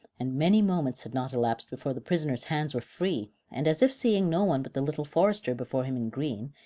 and many moments had not elapsed before the prisoner's hands were free, and as if seeing no one but the little forester before him in green,